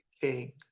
king